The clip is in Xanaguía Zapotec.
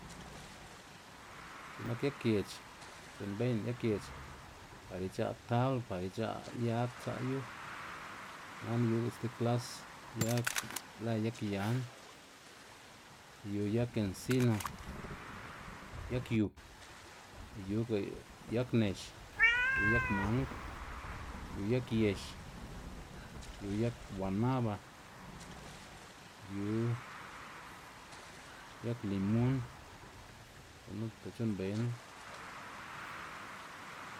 X̱̱i'k nak yag gec̲h̲ c̲h̲unnbeyná yag gec̲h̲, par ic̲h̲a' tabl par ic̲h̲a' yag tsa' yu, nana yuga sti klas yag lë yag yan, yu yag ensino, yag yu, yuga yag nex, yu yag mang, yu yag yëx, yu yag guanaba, yu yag limon, gunuta c̲h̲u'nnbeyná.